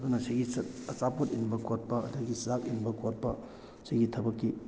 ꯑꯗꯨꯅ ꯁꯤꯒꯤ ꯑꯆꯥꯄꯣꯠ ꯏꯟꯕ ꯈꯣꯠꯄ ꯑꯗꯒꯤ ꯆꯥꯛ ꯏꯟꯕ ꯈꯣꯠꯄ ꯁꯤꯒꯤ ꯊꯕꯛꯀꯤ